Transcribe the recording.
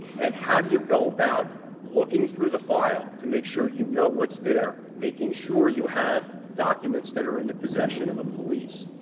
and how do you go about looking through the file to make sure you know what's there, making sure you have documents that are in the possession of the police.